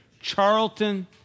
Charlton